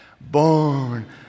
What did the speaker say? born